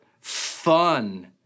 fun